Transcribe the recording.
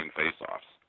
face-offs